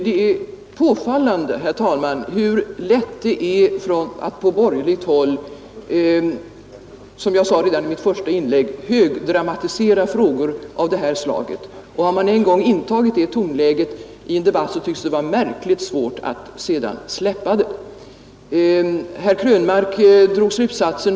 Det är påfallande, herr talman, hur lätt det är att på borgerligt håll, som jag sade redan i mitt första inlägg, högdramatisera frågor av detta slag. Har man en gång intagit det tonläget i en debatt, tycks det vara märkligt svårt att sedan släppa det.